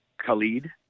Khalid